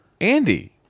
Andy